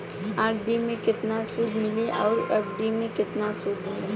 RD मे केतना सूद मिली आउर एफ.डी मे केतना सूद मिली?